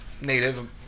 native